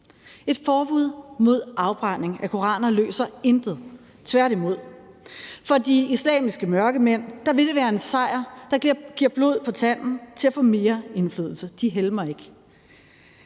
Et forbud mod afbrænding af koraner løser intet, tværtimod. For de islamiske mørkemænd vil det være en sejr, der giver blod på tanden til at få mere indflydelse. De helmer ikke.